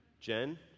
Jen